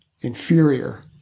inferior